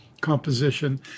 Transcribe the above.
composition